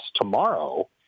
tomorrow